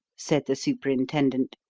said the superintendent.